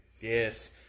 Yes